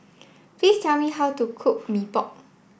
please tell me how to cook Mee Pok